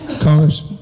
Congress